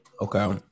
okay